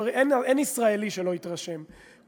אין ישראלי שלא התרשם,